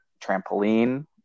trampoline